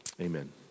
Amen